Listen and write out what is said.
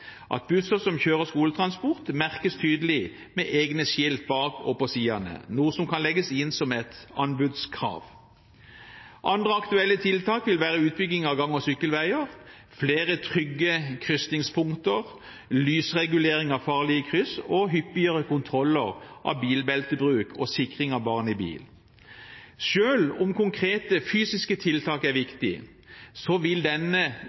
at busser som kjører skoletransport, merkes tydelig med egne skilt bak og på sidene, noe som kan legges inn som et anbudskrav. Andre aktuelle tiltak vil være utbygging av gang- og sykkelveier, flere trygge krysningspunkter, lysregulering av farlige kryss og hyppigere kontroller av bilbeltebruk og sikring av barn i bil. Selv om konkrete fysiske tiltak er viktig, vil